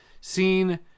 seen